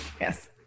Yes